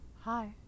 hi